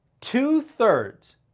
two-thirds